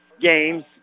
games